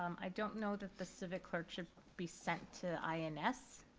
i don't know that the civic clerk should be set to ins.